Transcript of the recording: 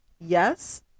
Yes